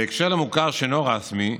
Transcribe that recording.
בקשר למוכר שאינו רשמי,